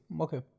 Okay